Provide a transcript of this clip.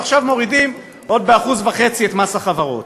ועכשיו מורידים עוד ב-1.5% את מס החברות.